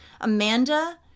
Amanda